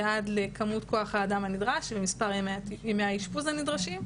ועד לכמות כוח האדם הנדרש ומספר ימי האשפוז הנדרשים,